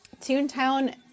Toontown